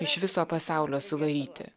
iš viso pasaulio suvaryti